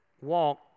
walk